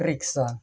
rickshaw